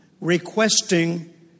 requesting